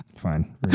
fine